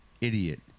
idiot